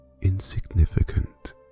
insignificant